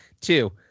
Two